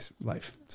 life